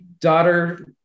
daughter